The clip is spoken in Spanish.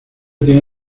tiene